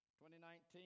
2019